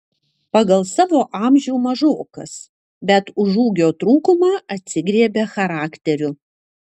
pagal savo amžių mažokas bet už ūgio trūkumą atsigriebia charakteriu